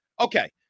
okay